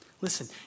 Listen